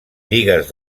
bigues